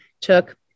took